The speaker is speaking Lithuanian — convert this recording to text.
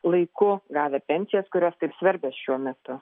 laiku gavę pensijas kurios taip svarbios šiuo metu